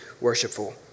worshipful